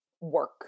work